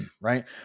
Right